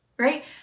right